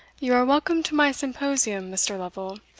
you are welcome to my symposion, mr. lovel.